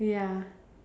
ya